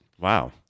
Wow